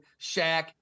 Shaq